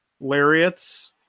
lariats